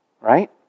Right